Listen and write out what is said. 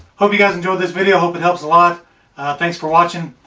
hope you guys enjoyed this video. hope it helps a lot thanks for watching.